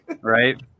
Right